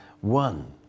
one